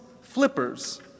flippers